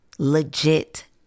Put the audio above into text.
legit